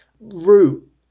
Root